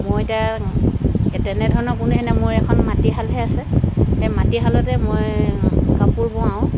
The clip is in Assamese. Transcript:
মই এতিয়া তেনেধৰণৰ পোনে এতিয়া মোৰ এখন মাটিশালহে আছে সেই মাটিশালতে মই কাপোৰ বওঁ আৰু